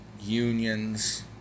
unions